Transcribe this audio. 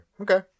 Okay